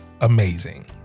amazing